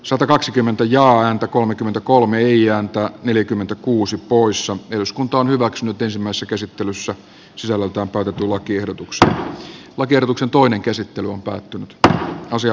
satakaksikymmentä ja ääntä kolmekymmentäkolme i ja antaa neljäkymmentä kuusi poissa eduskunta on hyväksynyt pesemässä käsittelyssä sisällöltään pakattu lakiehdotuksella on kierroksen toinen käsittely on äänestänyt